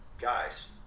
guys